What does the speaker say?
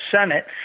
Senate